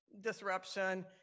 disruption